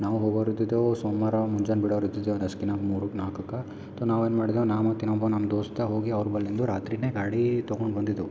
ನಾವು ಹೋಗೊರಿದ್ದಿದ್ದೆವು ಸೋಮವಾರ ಮುಂಜಾನೆ ಬಿಡೋರು ಇದ್ದಿದಿರೋ ನಸುಕಿನ ಮೂರುಕ್ಕೆ ನಾಲ್ಕುಕ್ಕೆ ತ್ ನಾವೇನು ಮಾಡ್ದೆವು ನಾವು ಮತ್ತು ಇನೊಬ್ಬ ನಮ್ಮ ದೋಸ್ತ ಹೋಗಿ ಅವರು ಬಳಿಂದು ರಾತ್ರಿನೇ ಗಾಡಿ ತೊಗೊಂಡು ಬಂದಿದೇವು